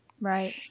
Right